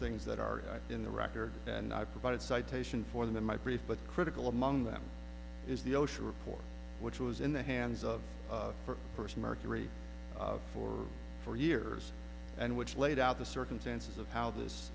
things that are in the record and i provided citation for them in my brief but critical among them is the ocean report which was in the hands of for first mercury for four years and which laid out the circumstances of how this